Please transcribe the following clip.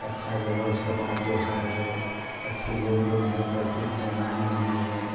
अच्छा जो है उसका बात व्यवहार है अच्छी लेन देन है पैसे की बेईमानी नहीं है